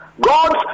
God's